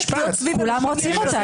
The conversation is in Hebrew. כולם רוצים אותה.